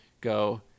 go